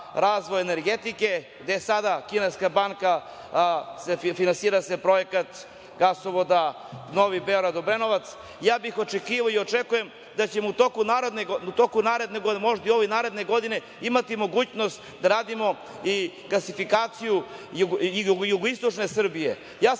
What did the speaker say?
razvoj energetike, gde sada kineska banka, finansira se projekat gasovoda Novi Beograd-Obrenovac, ja bih očekivao i očekujem da ćemo u toku naredne godine imati mogućnost da radimo i gasifikaciju jugoistočne Srbije.